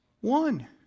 One